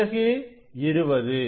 பிறகு இது 20